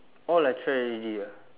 all I try already ah